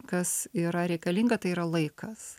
kas yra reikalinga tai yra laikas